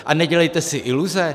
A nedělejte si iluze.